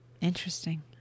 Interesting